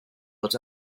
but